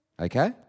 Okay